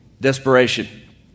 Desperation